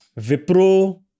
Vipro